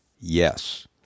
Yes